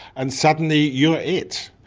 and suddenly you're it.